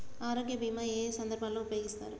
ఆరోగ్య బీమా ఏ ఏ సందర్భంలో ఉపయోగిస్తారు?